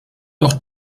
doch